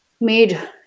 made